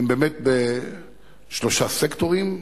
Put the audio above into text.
הם באמת בשלושה סקטורים,